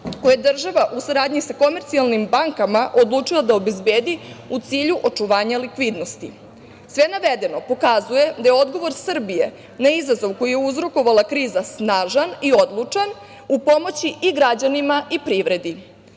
koja država u saradnji sa Komercijalnim bankama odlučila da obezbedi u cilju očuvanja likvidnosti. Sve navedeno pokazuje da je odgovor Srbije na izazov koji je uzrokovala kriza, snažan i odlučan u pomoći i građanima i privredi.